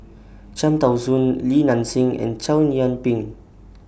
Cham Tao Soon Li Nanxing and Chow Yian Ping